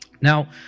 Now